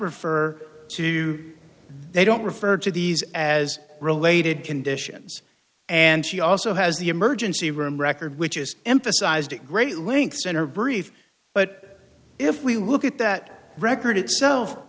refer to they don't refer to these as related conditions and she also has the emergency room record which is emphasized at great links in her brief but if we look at that record itself